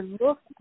look